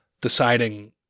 deciding